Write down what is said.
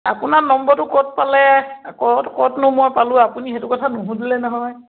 আপোনাৰ নম্বৰটো ক'ত পালে ক'ত ক'তনো মই পালোঁ আপুনি সেইটো কথা নুসুধিলে নহয়